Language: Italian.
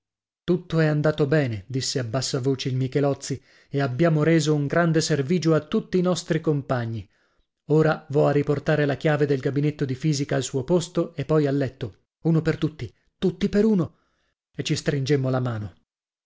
tutto è andato bene disse a bassa voce il michelozzi e abbiamo reso un grande servigio a tutti i nostri compagni ora vo a riportare la chiave del gabinetto di fisica al suo posto e poi a letto uno per tutti tutti per uno e ci stringemmo la mano